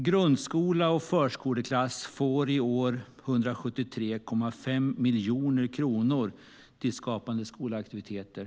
Grundskola och förskoleklass får i år 173,5 miljoner kronor till Skapande skola-aktiviteter.